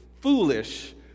foolish